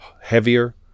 heavier